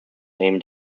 aimed